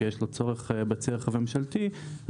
שיש לו צורך בצי הרכב הממשלתי,